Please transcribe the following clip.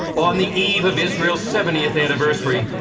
on the eve of israel's seventieth anniversary,